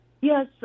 Yes